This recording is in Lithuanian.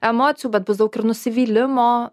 emocijų bet bus daug ir nusivylimo